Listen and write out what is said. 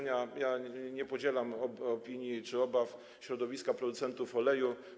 Nie podzielam opinii czy obaw środowiska producentów oleju.